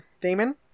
Damon